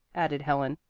added helen.